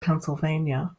pennsylvania